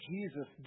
Jesus